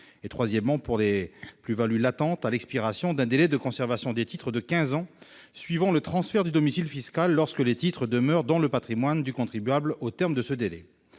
du décès, ou encore pour les plus-values latentes, à l'expiration d'un délai de conservation des titres de quinze ans suivant le transfert du domicile fiscal, lorsque les titres demeurent dans le patrimoine du contribuable au terme de ce délai.